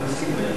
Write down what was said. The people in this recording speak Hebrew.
שלוש